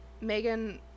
Megan